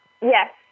Yes